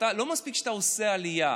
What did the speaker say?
לא מספיק שאתה עושה עלייה,